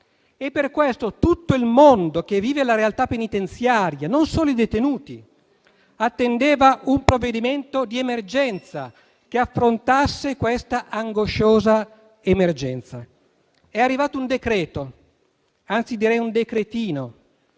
e per questo tutto il mondo che vive la realtà penitenziaria (non solo i detenuti) attendeva un provvedimento urgente che affrontasse questa angosciosa emergenza. È arrivato un decreto, anzi direi un decretino,